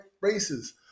races